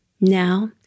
Now